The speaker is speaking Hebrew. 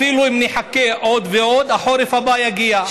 אפילו אם נחכה עוד ועוד, החורף הבא יגיע.